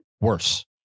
worse